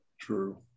True